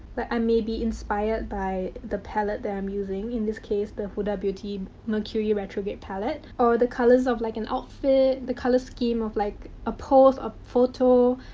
um may be inspired by the palette that i'm using. in this case, the huda beauty mercury retrograde palette. or, the colors of like an outfit. the color scheme of like a post, a photo.